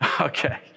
Okay